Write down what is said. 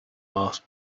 asked